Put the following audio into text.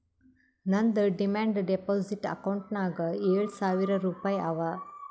ನಂದ್ demand deposit ಅಕೌಂಟ್ನಾಗ್ ಏಳ್ ಸಾವಿರ್ ರುಪಾಯಿ ಅವಾ